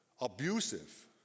abusive